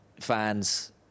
fans